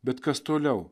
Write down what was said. bet kas toliau